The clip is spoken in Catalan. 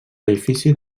edifici